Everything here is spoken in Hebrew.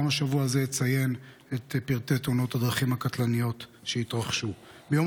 גם השבוע אציין את פרטי תאונות הדרכים הקטלניות שהתרחשו: ביום